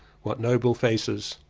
what noble faces!